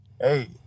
hey